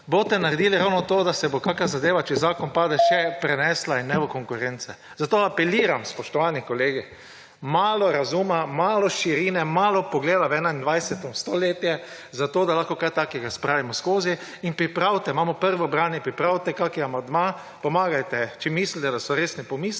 boste naredili ravno to, da se bo kakšna zadeva, če zakon pade, še prenesla in ne bo konkurence. Zato apeliram, spoštovani kolegi, malo razuma, malo širine, malo pogleda v 21. stoletje, zato da lahko kaj takega spravimo skozi. Pripravite, imamo prvo branje, pripravite kakšen amandma, pomagajte, če mislite, da so resni pomisleki,